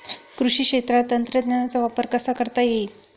कृषी क्षेत्रात तंत्रज्ञानाचा वापर कसा करता येईल?